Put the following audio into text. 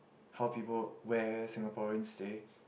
how people where Singaporean stay